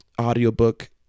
audiobook